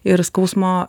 ir skausmo